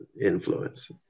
influence